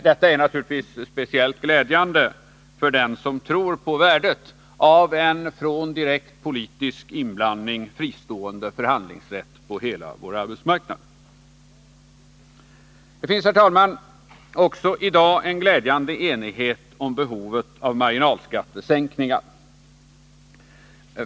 Detta är naturligtvis speciellt glädjande för dem som tror på värdet av en från direkt politisk inblandning fristående förhandlingsrätt på hela vår arbetsmarknad. Det finns, herr talman, också i dag glädjande enighet om behovet av marginalskattesänkningar.